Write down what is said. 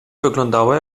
wyglądała